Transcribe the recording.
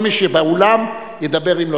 כל מי שבאולם ידבר.